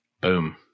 Boom